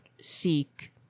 seek